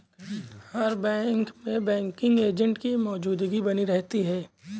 हर bank में banking agent की मौजूदगी बनी रहती है